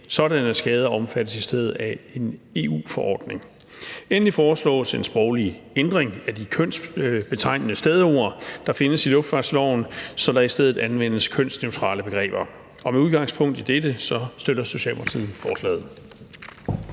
Sådanne skader omfattes i stedet af en EU-forordning. Endelig foreslås en sproglig ændring af de kønsbetegnende stedord, der findes i luftfartsloven, så der i stedet anvendes kønsneutrale begreber. Med udgangspunkt i dette støtter Socialdemokratiet forslaget.